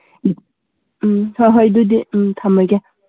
ꯎꯝ ꯍꯣꯏ ꯍꯣꯏ ꯑꯗꯨꯗꯤ ꯎꯝ ꯊꯝꯃꯒꯦ